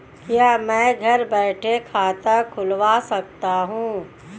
क्या मैं घर बैठे खाता खुलवा सकता हूँ?